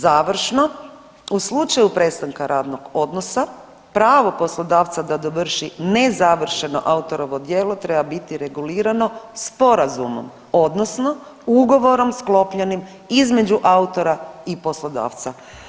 Završno, u slučaju prestanka radnog odnosa pravo poslodavca da dovrši nezavršeno autorovo djelo treba biti regulirano sporazumom odnosno ugovorom sklopljenim između autora i poslodavca.